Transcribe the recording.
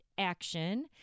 Action